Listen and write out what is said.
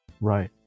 right